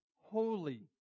holy